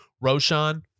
Roshan